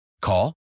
Call